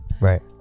right